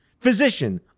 physician